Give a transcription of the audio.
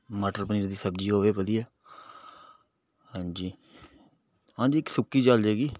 ਮਟਰ ਪਨੀਰ ਦੀ ਸਬਜ਼ੀ ਹੋਵੇ ਵਧੀਆ ਹਾਂਜੀ ਹਾਂਜੀ ਇੱਕ ਸੁੱਕੀ ਚਲ ਜਾਵੇਗੀ